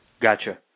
Gotcha